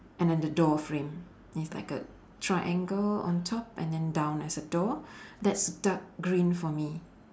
and then the door frame it's like a triangle on top and then down as a door that's dark green for me